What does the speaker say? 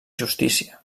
justícia